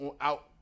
out